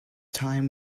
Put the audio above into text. time